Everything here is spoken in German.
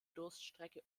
durststrecke